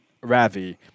Ravi